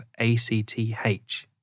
ACTH